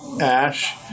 Ash